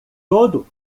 todo